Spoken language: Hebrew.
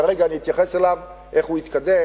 כרגע אני אתייחס אליו איך הוא יתקדם,